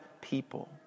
people